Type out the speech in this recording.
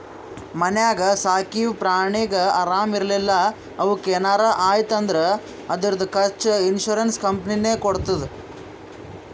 ಮನ್ಯಾಗ ಸಾಕಿವ್ ಪ್ರಾಣಿಗ ಆರಾಮ್ ಇರ್ಲಿಲ್ಲಾ ಅವುಕ್ ಏನರೆ ಆಯ್ತ್ ಅಂದುರ್ ಅದುರ್ದು ಖರ್ಚಾ ಇನ್ಸೂರೆನ್ಸ್ ಕಂಪನಿನೇ ಕೊಡ್ತುದ್